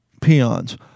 Peons